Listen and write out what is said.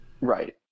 Right